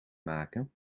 maken